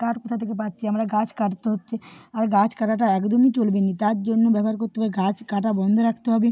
কাঠ কোথা থেকে পাচ্ছি আমরা গাছ কাটতে হচ্ছে আর গাছ কাটাটা একদমই চলবে না তার জন্য ব্যবহার করতে হবে গাছ কাটা বন্ধ রাখতে হবে